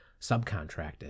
subcontracted